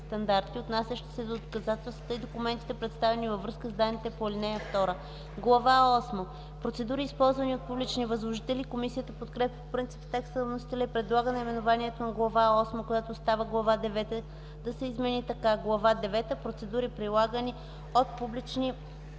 отнасящи се до доказателствата и документите, представени във връзка с данните по ал. 2. „Глава осма – Процедури, използвани от публични възложители”. Комисията подкрепя по принцип текста на вносителя и предлага наименованието на Глава осма, която става Глава девета да се измени така: „Глава девета – Процедури, прилагани от публични